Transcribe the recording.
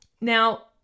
Now